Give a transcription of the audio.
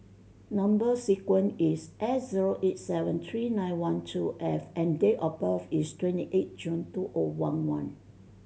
number sequence is S zero eight seven three nine one two F and date of birth is twenty eight June two O one one